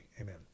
amen